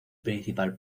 principal